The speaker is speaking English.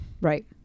Right